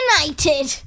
United